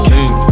King